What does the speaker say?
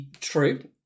True